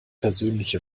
versöhnliche